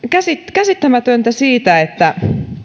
käsittämätöntä että